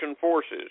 forces